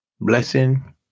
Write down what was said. blessing